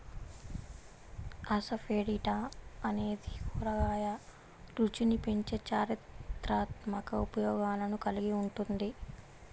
asafoetida అనేది కూరగాయల రుచిని పెంచే చారిత్రాత్మక ఉపయోగాలను కలిగి ఉంటుంది